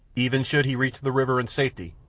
even should he reach the river in safety,